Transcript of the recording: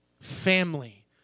family